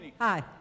Hi